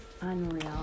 Unreal